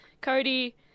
Cody